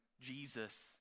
Jesus